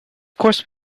course